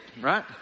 Right